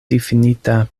difinita